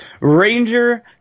Ranger